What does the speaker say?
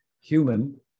human